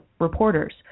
reporters